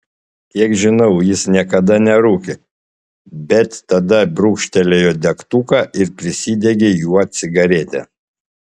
kiek žinau jis niekada nerūkė bet tada brūkštelėjo degtuką ir prisidegė juo cigaretę